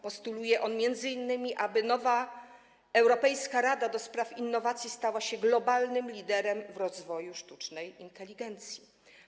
Postuluje on m.in., aby nowa Europejska Rada ds. Innowacji stała się globalnym liderem w rozwoju sztucznej inteligencji.